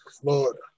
Florida